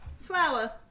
flour